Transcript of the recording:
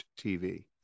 TV